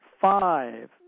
five